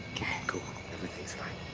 cool. everything's fine.